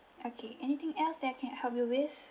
okay anything else that I can help you with